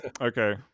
Okay